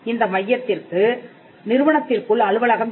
இந்த மையத்திற்கு நிறுவனத்திற்குள் அலுவலகம் இல்லை